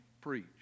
preach